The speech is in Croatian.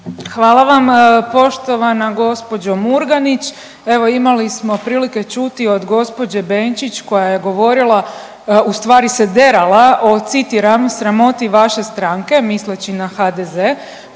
Hvala vam. Poštovana gospođo Murganić, evo imali smo prilike čuti od gospođe Benčić koja je govorila u stvari se derala o citiram sramoti vaše stranke misleći na HDZ,